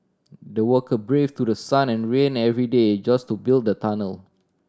the worker brave through sun and rain every day just to build the tunnel